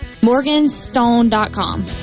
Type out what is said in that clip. Morganstone.com